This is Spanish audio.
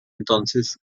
entonces